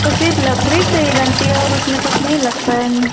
तो सिर्फ लकड़ी से ही बनती है और उसमे कुछ नहीं लगता है